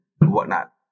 whatnot